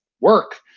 work